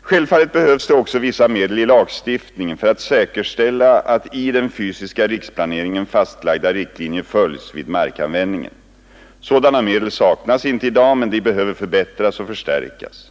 Självfallet behövs det också vissa medel i lagstiftningen för att säkerställa att i den fysiska riksplaneringen fastlagda riktlinjer följs vid markanvändningen. Sådana medel saknas inte i dag men de behöver förbättras och förstärkas.